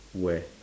where